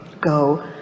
go